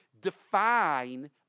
define